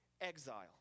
exile